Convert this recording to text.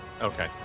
okay